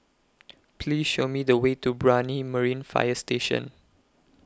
Please Show Me The Way to Brani Marine Fire Station